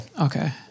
Okay